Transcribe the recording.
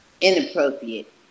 Inappropriate